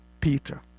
Peter